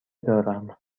دارم